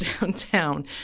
downtown